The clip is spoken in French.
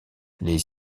les